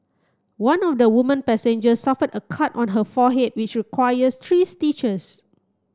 one of the woman passengers suffered a cut on her forehead which required three stitches